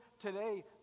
today